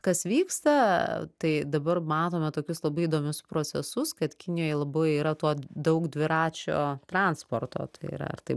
kas vyksta tai dabar matome tokius labai įdomius procesus kad kinijoj labai yra to daug dviračio transporto tai yra tai